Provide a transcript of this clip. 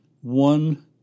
one